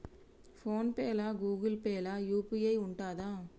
Phone pay లా Google Pay లా UPI ఉంటదా?